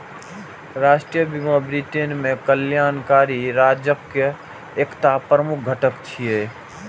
राष्ट्रीय बीमा ब्रिटेन मे कल्याणकारी राज्यक एकटा प्रमुख घटक छियै